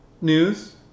news